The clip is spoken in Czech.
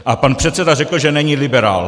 A pan předseda řekl, že není liberál.